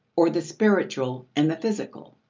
or the spiritual and the physical.